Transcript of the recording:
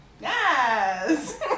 Yes